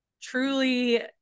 truly